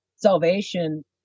Salvation